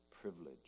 privilege